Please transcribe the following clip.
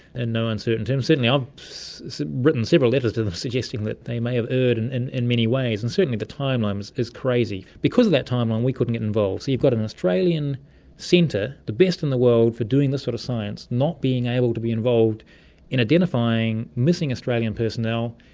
in no uncertain terms. certainly i've um so written several letters to them suggesting that they may have erred and in in many ways, and certainly the timeline is crazy. because of that timeline we couldn't get involved. so you've got an australian centre, the best in the world for doing this sort of science, not being able to be involved in identifying missing australian personnel,